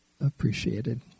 appreciated